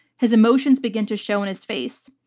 his emotions begin to show in his face.